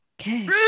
Okay